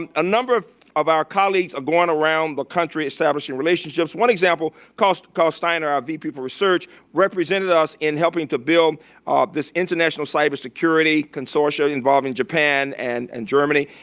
and a number of of our colleagues are going around the country establishing relationships. one example, karl steiner, our vp for research, represented us in helping to build this international cybersecurity consortia involving japan and and germany,